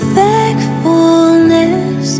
thankfulness